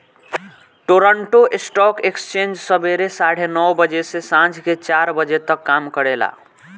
Toronto stock exchange सबेरे साढ़े नौ बजे से सांझ के चार बजे तक काम करेला